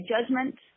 judgment